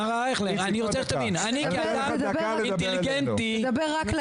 רק אני רוצה להגיד שאני מקבל את זה שיש פה תקלה שהקצב של